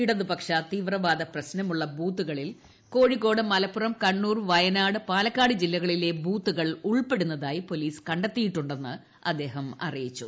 ഇടതുപക്ഷ തീവ്രവാദ പ്രശ്നമുള്ള ബൂത്തുകളിൽ കോഴിക്കോട് മലപ്പുറം കണ്ണൂർ വയനാട് പാലക്കാട് ജില്ലകളിലെ ബൂത്തുകൾ ഉൾപ്പെടുന്നതായി പോലീസ് കണ്ടെത്തിയിട്ടുണ്ടെന്ന് അദ്ദേഹം പറഞ്ഞു